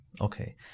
Okay